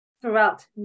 throughout